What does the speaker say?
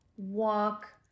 walk